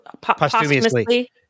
posthumously